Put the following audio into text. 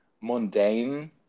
mundane